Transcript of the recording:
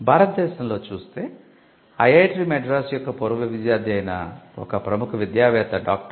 భారతదేశంలో చూస్తే ఐఐటి మద్రాస్ యొక్క పూర్వ విద్యార్థి అయిన ఒక ప్రముఖ విద్యావేత్త డాక్టర్ పి